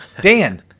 Dan